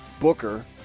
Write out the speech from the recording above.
Booker